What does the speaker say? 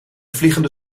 vliegende